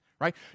right